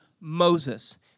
Moses